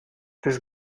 this